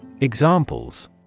Examples